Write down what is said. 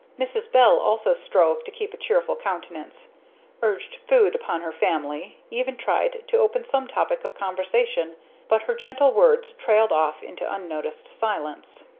mrs. bell also strove to keep a cheerful countenance urged food upon her family even tried to open some topic of conversation but her gentle words trailed off into unnoticed silence.